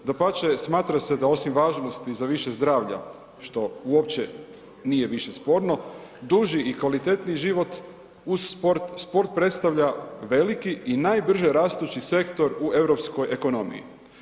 Dapače smatra se da osim važnosti za više zdravlja što uopće nije više sporno, duži i kvalitetniji život uz sport, sport predstavlja veliki i najbrže rastući sektor u europskoj ekonomiji.